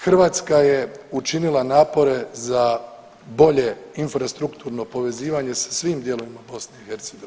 Hrvatska je učinila napore za bolje infrastrukturno povezivanje sa svim dijelovima BiH.